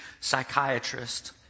psychiatrist